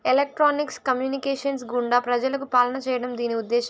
electronics communications గుండా ప్రజలకు పాలన చేయడం దీని ఉద్దేశం